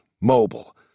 mobile